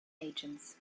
agents